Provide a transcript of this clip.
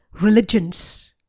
religions